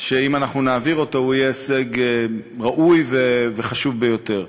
שאם אנחנו נעביר אותו הוא יהיה הישג ראוי וחשוב ביותר.